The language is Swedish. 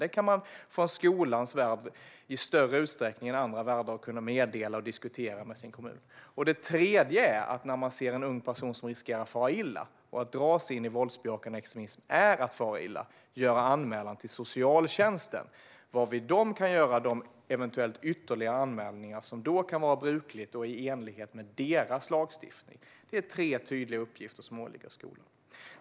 Det kan man från skolans värld i större utsträckning än från andra håll meddela och diskutera med sin kommun. Det tredje är att när man ser en ung person som riskerar att fara illa - och att dras in i våldsbejakande extremism är att fara illa - göra anmälan till socialtjänsten. Då kan de göra de eventuella ytterligare anmälningar som är brukliga i enlighet med deras lagstiftning. Detta är tre tydliga uppgifter som åligger skolan.